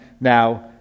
now